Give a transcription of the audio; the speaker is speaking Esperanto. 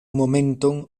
momenton